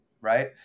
right